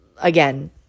again